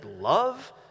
love